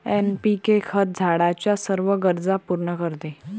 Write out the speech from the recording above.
NPK खत झाडाच्या सर्व गरजा पूर्ण करते